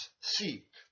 seek